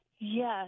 Yes